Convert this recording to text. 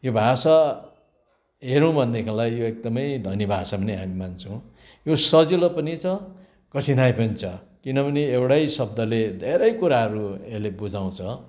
यो भाषा हेरौँ भनेदेखिलाई यो एकदमै धनी भाषा पनि हामी मान्छौँ यो सजिलो पनि छ कठिनाई पनि छ किनभने एउटै शब्दले धेरै कुराहरू यसले बुझाउँछ